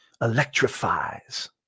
electrifies